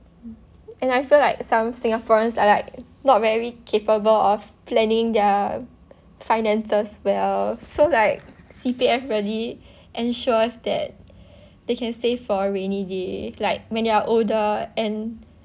mm and I feel like some singaporeans are like not very capable of planning their finances well so like C_P_F really ensures that they can save for rainy days like when you are older and